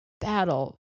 battle